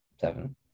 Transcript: Seven